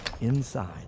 Inside